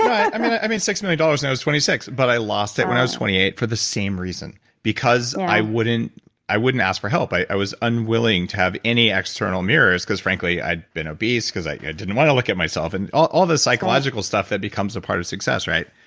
i made six million dollars when and i was twenty six. but i lost it when i was twenty eight for the same reason because i wouldn't i wouldn't ask for help. i i was unwilling to have any external mirrors, because frankly, i'd been obese, i didn't want to look at myself, and all this psychological stuff that becomes a part of success, right?